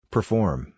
Perform